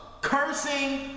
cursing